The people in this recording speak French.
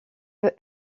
veut